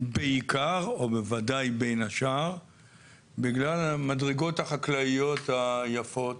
בעיקר או בוודאי בין השאר בגלל המדרגות החקלאיות היפות